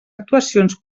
actuacions